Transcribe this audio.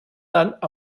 tant